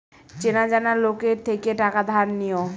চেনা জানা লোকের থেকে টাকা ধার নিও